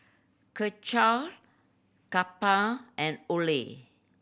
Karcher Kappa and Olay